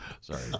Sorry